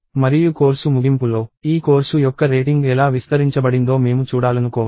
మరియు కోర్సు ముగింపులో ఈ కోర్సు యొక్క రేటింగ్ ఎలా విస్తరించబడిందో మేము చూడాలనుకోవచ్చు